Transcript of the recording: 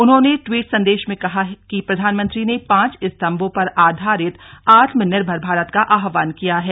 उन्होंने ट्वीट संदेश में कहा कि प्रधानमंत्री ने पांच स्तंभों पर आधारित आत्मनिर्भर भारत का आह्वान किया है